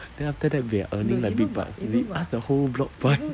then after that we are earning like big bucks we ask the whole block buy